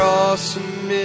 awesome